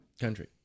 Country